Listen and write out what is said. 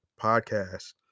Podcast